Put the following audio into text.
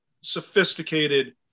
sophisticated